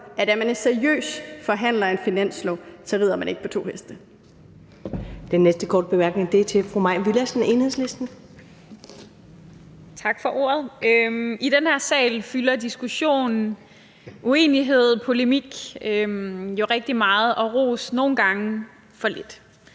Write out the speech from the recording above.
at er man en seriøs forhandler af en finanslov, rider man ikke på to heste.